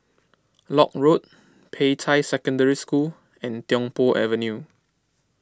Lock Road Peicai Secondary School and Tiong Poh Avenue